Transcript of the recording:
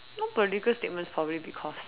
no political statements probably because